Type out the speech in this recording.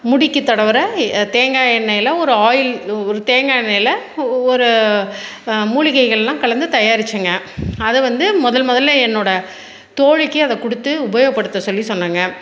முடிக்கு தடவுற தேங்காய் எண்ணெயில் ஒரு ஆயில் ஒரு தேங்காய் எண்ணெயில் ஒரு மூலிகைகள்லாம் கலந்து தயாரிச்சேங்க அதை வந்து முதல் முதல்ல என்னோட தோழிக்கு அதை கொடுத்து உபயோகப்படுத்த சொல்லி சொன்னேங்க